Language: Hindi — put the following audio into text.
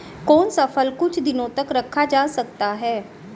कौन सा फल कुछ दिनों तक रखा जा सकता है?